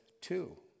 two